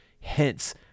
Hence